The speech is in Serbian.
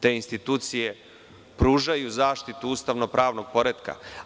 Te institucije pružaju zaštitu ustavno-pravnog poretka.